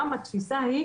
היום התפיסה היא,